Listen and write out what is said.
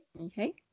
Okay